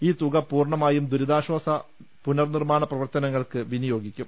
ഈ തുക പൂർണ്ണ മായും ദുരിതാശ്ചാസ പുനർ നിർമ്മാണ പ്രവർത്തനങ്ങൾക്ക് വിനി യോഗിക്കും